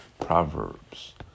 Proverbs